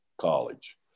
college